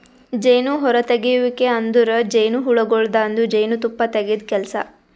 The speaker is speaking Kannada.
ಜೇನು ಹೊರತೆಗೆಯುವಿಕೆ ಅಂದುರ್ ಜೇನುಹುಳಗೊಳ್ದಾಂದು ಜೇನು ತುಪ್ಪ ತೆಗೆದ್ ಕೆಲಸ